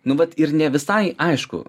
nu vat ir ne visai aišku